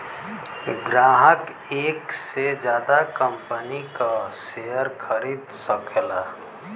ग्राहक एक से जादा कंपनी क शेयर खरीद सकला